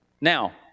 Now